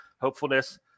Hopefulness